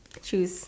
choose